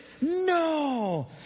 No